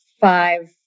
five